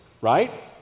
right